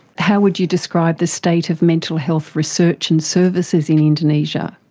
how would you describe the state of mental health research and services in indonesia?